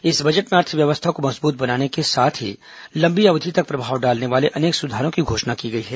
इस बजट में अर्थव्यवस्था को मजबूत बनाने के साथ ही लंबी अवधि तक प्रभाव डालने वाले अनेक सुधारों की घोषणा की गई है